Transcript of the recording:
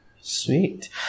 Sweet